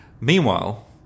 Meanwhile